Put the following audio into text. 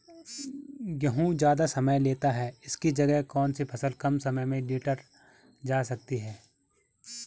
गेहूँ ज़्यादा समय लेता है इसकी जगह कौन सी फसल कम समय में लीटर जा सकती है?